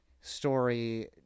story